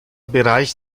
bereich